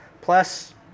Plus